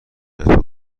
حیاط